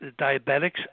diabetics